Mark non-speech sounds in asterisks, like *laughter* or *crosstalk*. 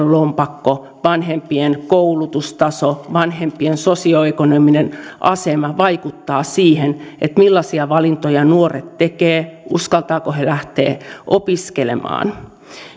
*unintelligible* lompakko vanhempien koulutustaso vanhempien sosioekonominen asema vaikuttaa siihen millaisia valintoja nuoret tekevät uskaltavatko he lähteä opiskelemaan